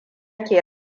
ke